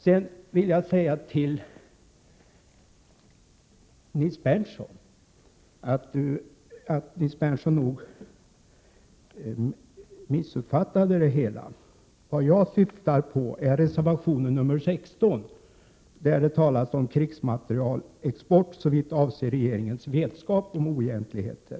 Sedan vill jag säga till Nils Berndtson att Nils Berndtson nog missuppfattade det hela. Jag syftade på reservation 16, där det skrevs om krigsmaterielexport såvitt avser regeringens vetskap om oegentligheter.